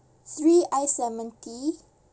three ice lemon tea